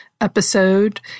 episode